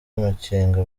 amakenga